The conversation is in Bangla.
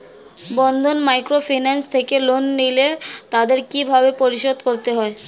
বন্ধন মাইক্রোফিন্যান্স থেকে লোন নিলে তাদের কিভাবে পরিশোধ করতে হয়?